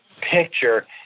picture